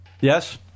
Yes